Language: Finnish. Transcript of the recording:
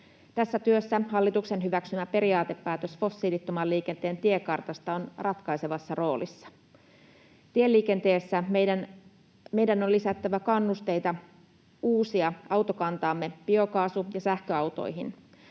Tässä työssä hallituksen hyväksymä periaatepäätös fossiilittoman liikenteen tiekartasta on ratkaisevassa roolissa. Tieliikenteessä meidän on lisättävä kannusteita uusia autokantaamme biokaasu- ja sähköautoihin.